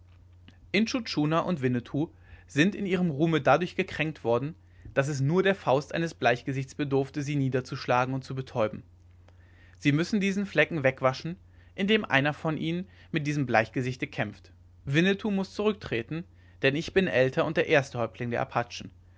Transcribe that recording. intschu tschuna und winnetou sind in ihrem ruhme dadurch gekränkt worden daß es nur der faust eines bleichgesichts bedurfte sie niederzuschlagen und zu betäuben sie müssen diesen flecken wegwaschen indem einer von ihnen mit diesem bleichgesichte kämpft winnetou muß zurücktreten denn ich bin älter und der erste häuptling der apachen